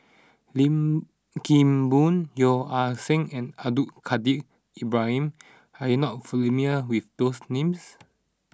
Lim Kim Boon Yeo Ah Seng and Abdul Kadir Ibrahim are you not familiar with these names